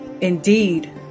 Indeed